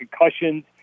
concussions